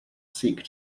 seek